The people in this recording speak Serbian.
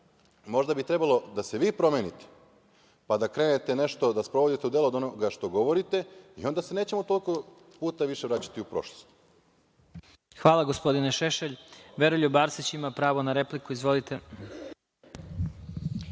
Možda bi trebalo da se vi promenite, pa da krenete nešto da sprovodite u delo od onoga što govorite i onda se nećemo toliko puta više vraćati u prošlost. **Vladimir Marinković** Hvala gospodine Šešelj. Veroljub Arsić ima pravo na repliku. Izvolite.